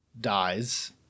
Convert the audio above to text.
dies